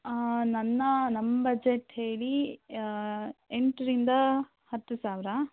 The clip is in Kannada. ನನ್ನ ನಮ್ಮ ಬಜೆಟ್ ಹೇಳಿ ಎಂಟರಿಂದ ಹತ್ತು ಸಾವಿರ